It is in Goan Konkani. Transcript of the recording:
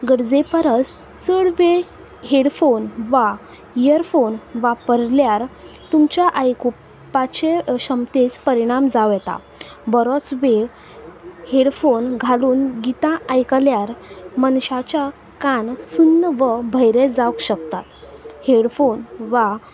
गरजे परस चड वेळ हेडफोन वा इयरफोन वापरल्यार तुमच्या आयकूपाचे क्षमतेंत परिणाम जावं येता बरोच वेळ हेडफोन घालून गीतां आयकल्यार मनशाच्या कान सुन्न वा भयरे जावंक शकतात हेडफोन वा